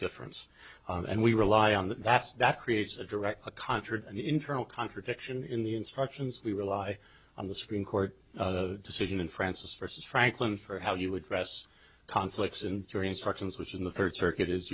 difference and we rely on that that's that creates a direct contradiction internal contradiction in the instructions we rely on the supreme court decision in francis versus franklin for how you address conflicts and jury instructions which in the third circuit is